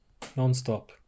nonstop